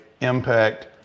impact